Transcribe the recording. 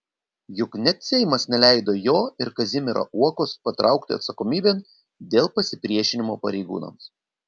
juk net seimas neleido jo ir kazimiero uokos patraukti atsakomybėn dėl pasipriešinimo pareigūnams